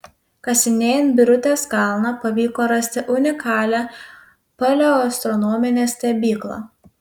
kasinėjant birutės kalną pavyko rasti unikalią paleoastronominę stebyklą